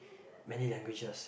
many languages